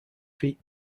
feet